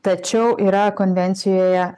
tačiau yra konvencijoje